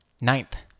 Ninth